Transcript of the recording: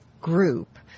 group